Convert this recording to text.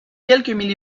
quelques